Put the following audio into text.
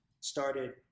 started